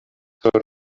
pro